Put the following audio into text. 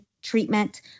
treatment